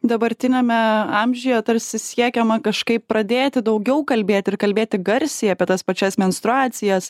dabartiniame amžiuje tarsi siekiama kažkaip pradėti daugiau kalbėt ir kalbėti garsiai apie tas pačias menstruacijas